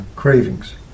Cravings